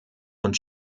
und